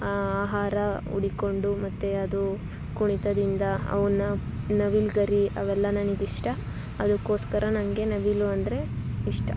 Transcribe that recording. ಆಹಾರ ಹುಡುಕ್ಕೊಂಡು ಮತ್ತೆ ಅದು ಕುಣಿತದಿಂದ ಅವನ್ನು ನವಿಲುಗರಿ ಅವೆಲ್ಲ ನನಗೆ ಇಷ್ಟ ಅದಕ್ಕೋಸ್ಕರ ನನಗೆ ನವಿಲು ಅಂದರೆ ಇಷ್ಟ